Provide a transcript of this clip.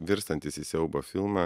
virstantis į siaubo filmą